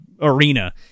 arena